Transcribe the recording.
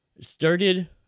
started